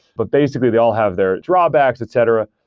but basically they all have their drawbacks, etc.